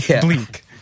Bleak